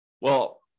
well-